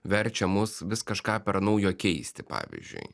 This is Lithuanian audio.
verčia mus vis kažką per naujo keisti pavyzdžiui